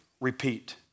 repeat